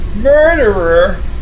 Murderer